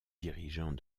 dirigeants